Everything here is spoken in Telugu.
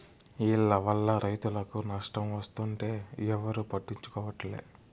ఈల్ల వల్ల రైతులకు నష్టం వస్తుంటే ఎవరూ పట్టించుకోవట్లే